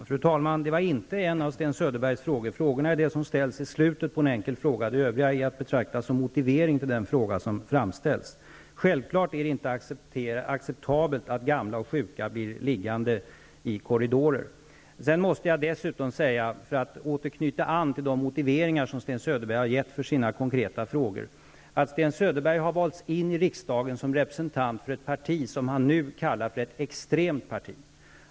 Fru talman! Det var inte en av Sten Söderbergs frågor. Frågorna är de som ställs i slutet av en enkel fråga. Det övriga är att betrakta som motivering till den fråga som framställs. Självfallet är det inte acceptabelt att gamla och sjuka blir liggande i korridorer. För att åter knyta an till de motiveringar som Sten Söderberg har lämnat till sina konkreta frågor måste jag dessutom säga att Sten Söderberg har valts in i riksdagen som representant för ett parti som han nu kallar ett extremt parti.